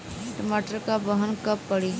टमाटर क बहन कब पड़ी?